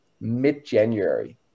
mid-January